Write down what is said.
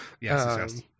yes